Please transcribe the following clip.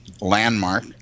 Landmark